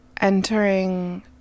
entering